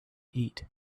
eat